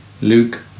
Luke